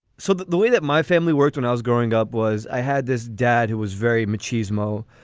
so the the way that my family worked when i was growing up was i had this dad who was very machismo,